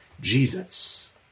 Jesus